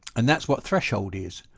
and that's what threshold is.